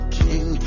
king